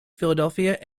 philadelphia